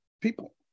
people